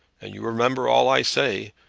and you remember all i say.